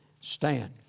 stand